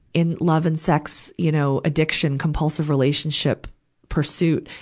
in love and sex, you know, addiction, compulsive relationship pursuit,